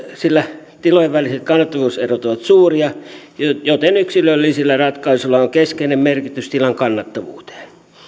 sillä tilojen väliset kannattavuuserot ovat suuria joten yksilöllisillä ratkaisuilla on keskeinen merkitys tilan kannattavuudelle